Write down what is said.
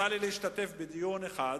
השתתפתי בדיון אחד,